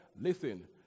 Listen